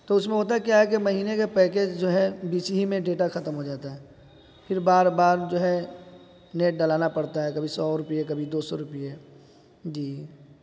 تو اس میں ہوتا ہے کیا ہے کہ مہینے کا پیکیج جو ہے بیچ ہی میں ڈیٹا ختم ہو جاتا ہے پھر بار بار جو ہے نیٹ ڈلانا پڑتا ہے کبھی سو روپے کبھی دو سو روپے جی